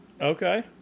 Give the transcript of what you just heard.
okay